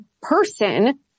person